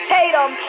Tatum